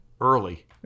early